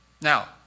Now